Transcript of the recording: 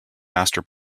master